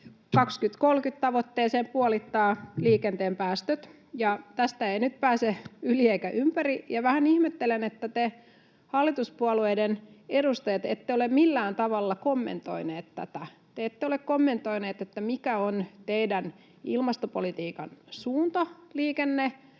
2030-tavoitteeseen puolittaa liikenteen päästöt, ja tästä ei nyt pääse yli eikä ympäri. Vähän ihmettelen, että te hallituspuolueiden edustajat ette ole millään tavalla kommentoineet tätä. Te ette ole kommentoineet, mikä on teidän ilmastopolitiikkanne suunta liikenteen